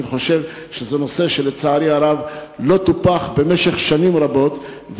אני חושב שזה נושא שלצערי הרב לא טופח במשך שנים רבות,